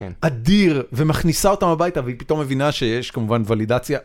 אדיר ומכניסה אותם הביתה והיא פתאום הבינה שיש כמובן ולידציה.